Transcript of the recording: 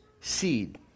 seed